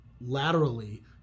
laterally